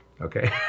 Okay